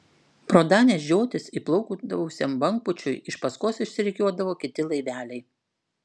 pro danės žiotis įplaukdavusiam bangpūčiui iš paskos išsirikiuodavo kiti laiveliai